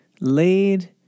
laid